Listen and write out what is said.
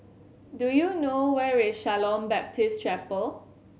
do you know where is Shalom Baptist Chapel